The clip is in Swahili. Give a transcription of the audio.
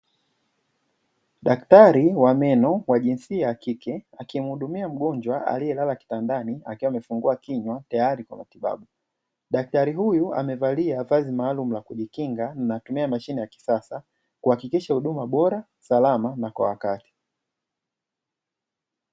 Daktari wa meno wa jinsia ya kike, akimhudumia mgonjwa aliyelala kitandani akiwa amefungua kinywa tayari kwa matibabu. Daktari huyu amevalia vazi maalumu la kujikinga, anatumia mashine ya kisasa kuhakikisha huduma bora, salama na kwa wakati.